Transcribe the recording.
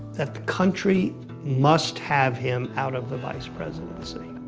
that the country must have him out of the vice presidency